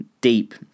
deep